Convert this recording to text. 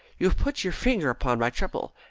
you have put your finger upon my trouble.